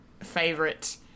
favorite